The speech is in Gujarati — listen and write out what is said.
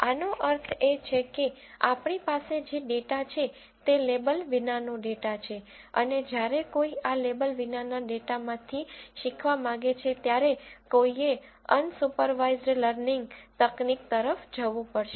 આનો અર્થ એ છે કે આપણી પાસે જે ડેટા છે તે લેબલ વિનાનો ડેટા છે અને જ્યારે કોઈ આ લેબલ વિનાના ડેટામાંથી શીખવા માંગે છે ત્યારે કોઈએ અનસુપરવાઇઝડ લર્નિંગ તકનીક તરફ જવું પડશે